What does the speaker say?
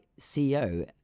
CEO